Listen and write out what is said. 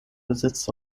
besitz